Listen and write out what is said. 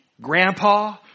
grandpa